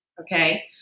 Okay